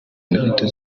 muri